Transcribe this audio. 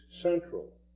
central